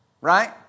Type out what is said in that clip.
Right